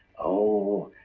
oh,